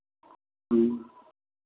ह्म्म